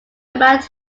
about